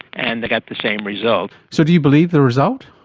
and they got the same result. so do you believe the result?